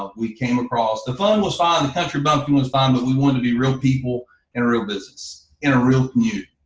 ah we came across the phone was fine, the country bumpkin was fine, but we wanted to be real people in a real business, in a real community.